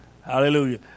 Hallelujah